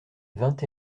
vingt